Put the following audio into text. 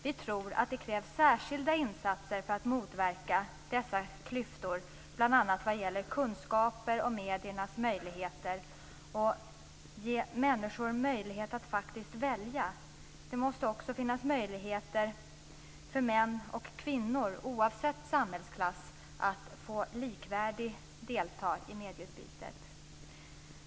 Vi tror att det krävs särskilda insatser för att motverka dessa klyftor, bl.a. vad gäller kunskaper om mediernas möjligheter, och för att ge människor möjlighet att faktiskt välja. Det måste också finnas möjligheter för män och kvinnor att oavsett samhällsklass delta i medieutbytet.